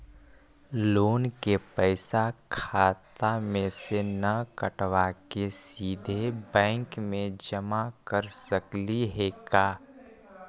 Loan के पैसा खाता मे से न कटवा के सिधे बैंक में जमा कर सकली हे का?